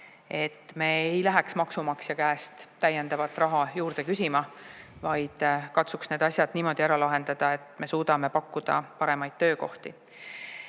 me ei läheks maksumaksja käest täiendavat raha juurde küsima, vaid katsuks need asjad niimoodi ära lahendada, et me suudame pakkuda paremaid töökohti. Teine